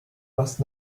must